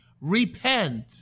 Repent